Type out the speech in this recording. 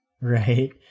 Right